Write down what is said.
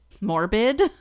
morbid